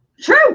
True